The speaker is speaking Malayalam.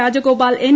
രാജഗോപാൽ എൻ